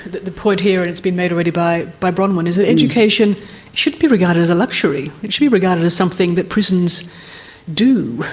the point here, and it's been made already by by bronwyn, is that education shouldn't be regarded as a luxury, it should be regarded as something that prisons do.